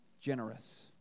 generous